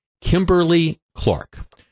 Kimberly-Clark